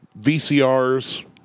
VCRs